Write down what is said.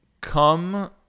come